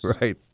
Right